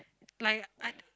like I